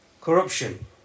corruption